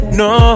no